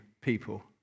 people